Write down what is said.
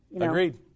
Agreed